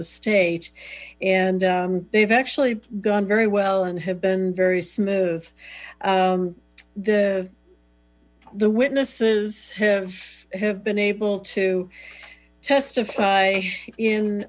the state and they've actually gone very well and have been very smooth the the witnesses have have been able to testify in